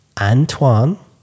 Antoine